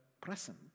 present